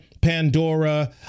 Pandora